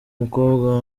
umukobwa